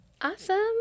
Awesome